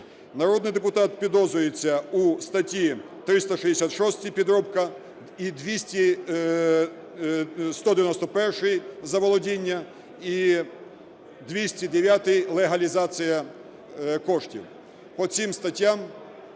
Народний депутат підозрюється у статті 366 – підробка і 191-й – заволодіння, і 209-й – легалізація коштів. По цим статтям